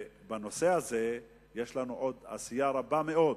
ובנושא הזה יש לנו עוד עשייה רבה מאוד,